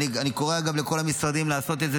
אגב, אני קורא לכל המשרדים לעשות את זה.